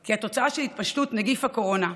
כי התוצאה של התפשטות נגיף הקורונה,